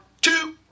two